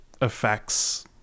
affects